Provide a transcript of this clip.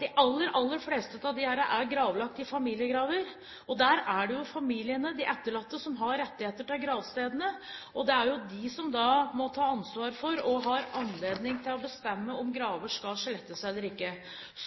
De aller, aller fleste av disse er gravlagt i familiegraver. Der er det jo familiene, de etterlatte, som har rettigheter til gravstedene, og det er de som må ta ansvar for, og har anledning til, å bestemme om graver skal slettes eller ikke.